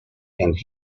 and